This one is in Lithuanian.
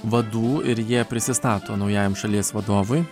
vadų ir jie prisistato naujajam šalies vadovui